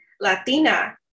Latina